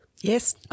Yes